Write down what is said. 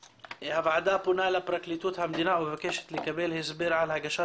הוועדה פונה לפרקליטות המדינה ומבקשת לקבל הסבר על הגשת